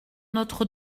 notre